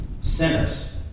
Sinners